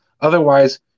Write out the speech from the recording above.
Otherwise